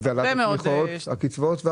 הגדלת הקצבאות.